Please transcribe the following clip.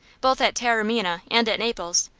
both at taormina and at naples.